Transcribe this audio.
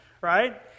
right